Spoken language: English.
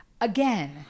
Again